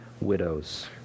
widows